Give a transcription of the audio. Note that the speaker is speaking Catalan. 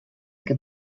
que